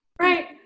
Right